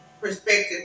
perspective